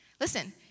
Listen